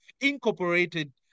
incorporated